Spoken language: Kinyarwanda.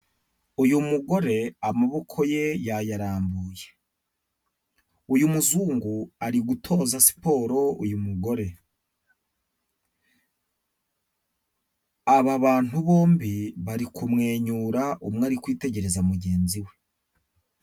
Uyu mugore amaboko ye yayarambuye, uyu muzungu ari gutoza siporo uyu mugore. Aba bantu bombi bari kumwenyura umwe ari kwitegereza mugenzi we.